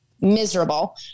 miserable